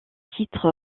titre